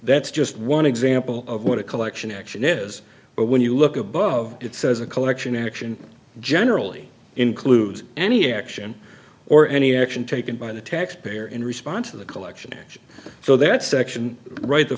that's just one example of what a collection action is but when you look above it says the collection action generally includes any action or any action taken by the taxpayer in response to the collection action so that section right the